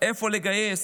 איפה לגייס,